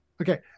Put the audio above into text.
Okay